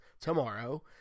tomorrow